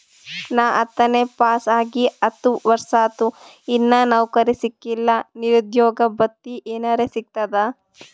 ನಾ ಹತ್ತನೇ ಪಾಸ್ ಆಗಿ ಹತ್ತ ವರ್ಸಾತು, ಇನ್ನಾ ನೌಕ್ರಿನೆ ಸಿಕಿಲ್ಲ, ನಿರುದ್ಯೋಗ ಭತ್ತಿ ಎನೆರೆ ಸಿಗ್ತದಾ?